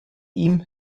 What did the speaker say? ihm